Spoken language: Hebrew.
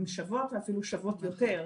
הן שוות ואפילו שוות יותר.